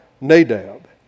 Nadab